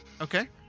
Okay